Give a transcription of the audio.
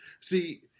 See